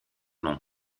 nom